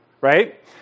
right